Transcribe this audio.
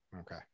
okay